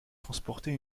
transporter